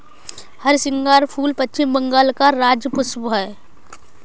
हरसिंगार फूल पश्चिम बंगाल का राज्य पुष्प है